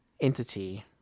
entity